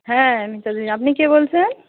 হ্যাঁ মিতাদি আপনি কে বলছেন